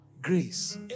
grace